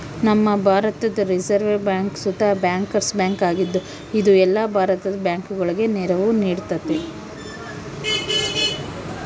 ನಮ್ಮ ಭಾರತುದ್ reserve bank ಸುತ ಬ್ಯಾಂಕರ್ಸ್ ಬ್ಯಾಂಕ್ ಆಗಿದ್ದು, ಇದು ಎಲ್ಲ ಭಾರತದ ಬ್ಯಾಂಕುಗುಳಗೆ ನೆರವು ನೀಡ್ತತೆ